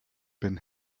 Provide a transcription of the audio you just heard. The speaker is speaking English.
been